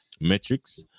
metrics